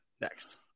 next